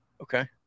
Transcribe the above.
Okay